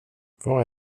vad